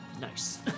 Nice